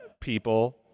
people